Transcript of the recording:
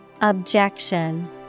Objection